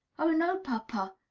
oh, no, papa,